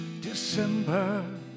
December